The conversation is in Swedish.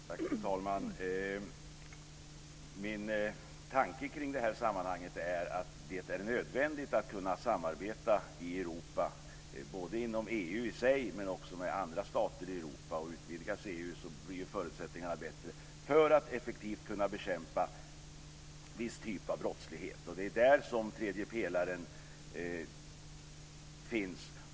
Fru talman! Min tanke kring detta sammanhang är att det är nödvändigt att kunna samarbeta i Europa både inom EU och med andra stater i Europa. Utvidgas EU blir förutsättningarna bättre för att effektivt kunna bekämpa viss typ av brottslighet. Det är där som tredje pelaren finns.